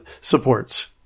supports